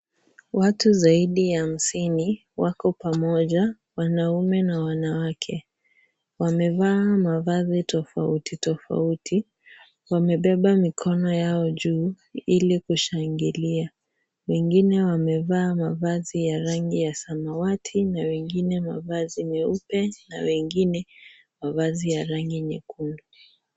Watu zaidi ya hamsini wako pamoja , wanaume na wanawake. Wamevaa mavazi tofauti tofauti. Wamebeba mikono yao juu ili kushangilia. Wengine wamevaa mavazi ya rangi ya samawati na wengine mavazi meupe na wengine mavazi ya rangi nyekundu.